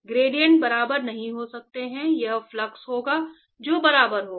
gradient बराबर नहीं हो सकते हैं यह फ्लक्स होगा जो बराबर होगा